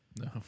No